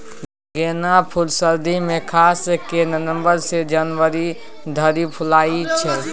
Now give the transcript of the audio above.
गेना फुल सर्दी मे खास कए नबंबर सँ जनवरी धरि फुलाएत छै